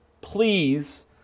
please